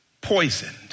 poisoned